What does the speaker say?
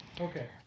Okay